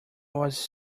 was